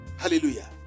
hallelujah